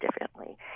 differently